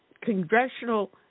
congressional